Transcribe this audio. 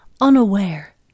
unaware